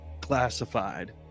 classified